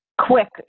Quick